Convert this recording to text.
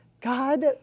God